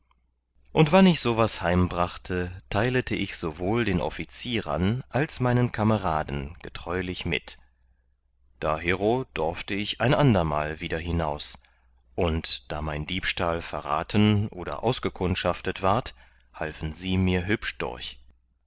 und wann ich so was heimbrachte teilete ich sowohl den offizierern als meinen kameraden getreulich mit dahero dorfte ich ein andermal wieder hinaus und da mein diebstahl verraten oder ausgekundschaftet ward halfen sie mir hübsch durch